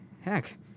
heck